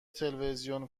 تلوزیون